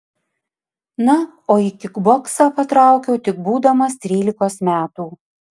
na o į kikboksą patraukiau tik būdamas trylikos metų